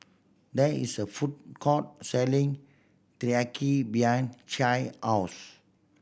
there is a food court selling Teriyaki behind Che house